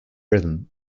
rhythm